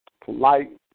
polite